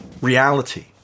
reality